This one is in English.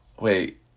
wait